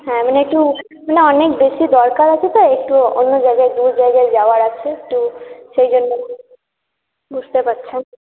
হ্যাঁ মানে একটু না অনেক বেশি দরকার আছে তো একটু অন্য জায়গায় দূর জায়গায় যাওয়ার আছে তো সেই জন্য বুঝতে পারছেন